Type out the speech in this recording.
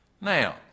Now